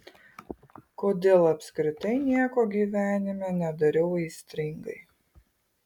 kodėl apskritai nieko gyvenime nedariau aistringai